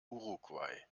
uruguay